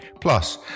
Plus